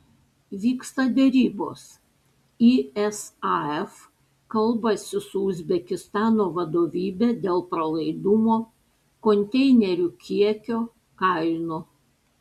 vyksta derybos isaf kalbasi su uzbekistano vadovybe dėl pralaidumo konteinerių kiekio kainų